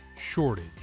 shortage